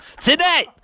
Tonight